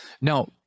Now